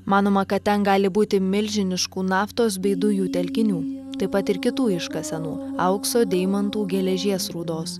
manoma kad ten gali būti milžiniškų naftos bei dujų telkinių taip pat ir kitų iškasenų aukso deimantų geležies rūdos